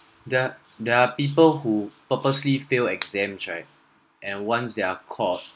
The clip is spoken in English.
there are there are people who purposely fail exams right and ones they are caught